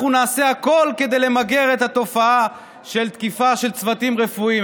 אנחנו נעשה הכול כדי למגר את התופעה של תקיפה של צוותים רפואיים.